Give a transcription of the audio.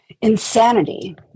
insanity